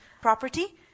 property